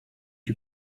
you